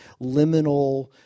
liminal